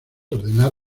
ordenar